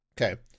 okay